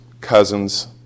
cousins